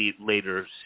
later